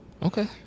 Okay